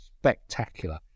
spectacular